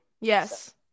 Yes